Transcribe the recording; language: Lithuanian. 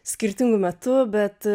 skirtingu metu bet